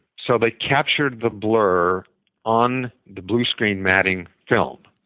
so they captured the blur on the blue screen matting film,